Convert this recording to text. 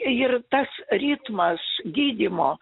ir tas ritmas gydymo